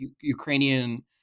ukrainian